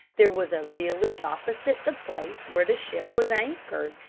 there was a village opposite the place where the ship was anchored,